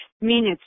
minutes